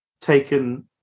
taken